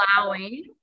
allowing